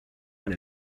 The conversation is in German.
eine